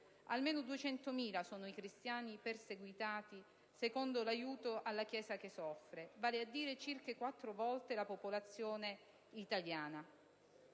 Almeno 200 milioni sono i cristiani perseguitati secondo la ACS (Aiuto alla Chiesa che soffre), vale a dire circa quattro volte la popolazione italiana.